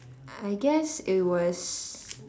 I guess it was